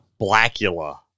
Blackula